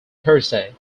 thursday